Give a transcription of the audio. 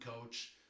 coach